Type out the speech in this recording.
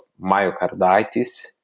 myocarditis